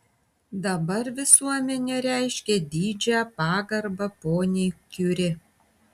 dabar visuomenė reiškia didžią pagarbą poniai kiuri